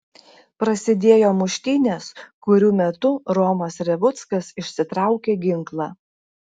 prasidėjo muštynės kurių metu romas revuckas išsitraukė ginklą